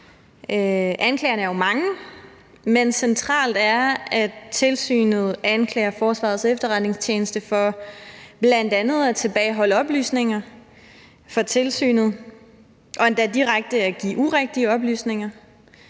Anklagerne er jo mange, men centralt er, at tilsynet anklager Forsvarets Efterretningstjeneste for bl.a. at tilbageholde oplysninger for tilsynet og endda direkte at give urigtige oplysninger.